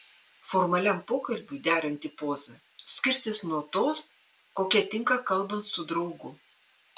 formaliam pokalbiui deranti poza skirsis nuo tos kokia tinka kalbant su draugu